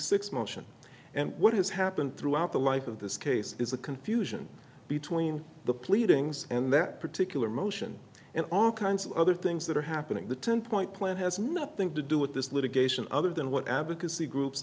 six motion and what has happened throughout the life of this case is the confusion between the pleadings and that particular motion and all kinds of other things that are happening the ten point plan has nothing to do with this litigation other than what advocacy groups